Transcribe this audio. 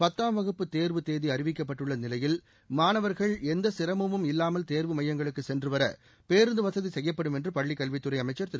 பத்தாம் வகுப்பு தேர்வு தேதி அறிவிக்கப்பட்டுள்ள நிலையில் மாணவர்கள் எந்த சிரமமும் இல்லாமல் தேர்வு மையங்களுக்கு சென்று வர பேருந்து வசதி செய்யப்படும் என்று பள்ளிக்கல்வித்துறை அமைச்சர் திரு